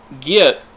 get